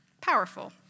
Powerful